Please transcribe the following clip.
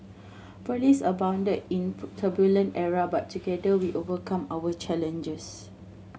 police abounded in turbulent era but together we overcome our challenges